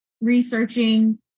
researching